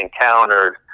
encountered